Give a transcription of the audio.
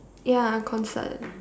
ya concert